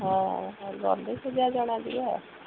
ହଁ ରବି ସୁଧା ଜଣାଯିବ ଆଉ